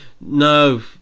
No